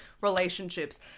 relationships